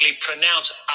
pronounced